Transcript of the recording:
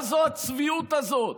מה זאת הצביעות הזאת?